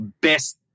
best